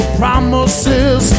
promises